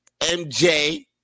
MJ